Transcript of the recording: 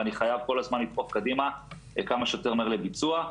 אני חייב כל הזמן לדחוף קדימה וכמה שיותר מהר לביצוע.